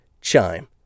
Chime